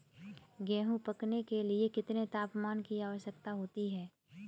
गेहूँ पकने के लिए कितने तापमान की आवश्यकता होती है?